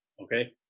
okay